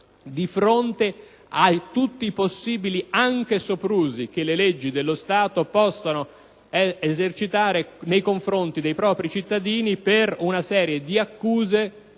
di fronte a tutti i possibili soprusi che le leggi dallo Stato possono esercitare nei confronti dei propri cittadini per una serie di accuse,